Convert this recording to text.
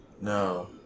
No